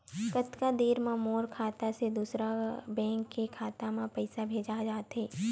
कतका देर मा मोर खाता से दूसरा बैंक के खाता मा पईसा भेजा जाथे?